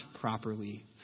properly